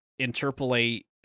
interpolate